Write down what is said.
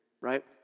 right